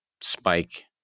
spike